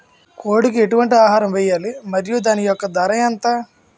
కోడి కి ఎటువంటి ఆహారం వేయాలి? మరియు దాని యెక్క ధర ఎంత?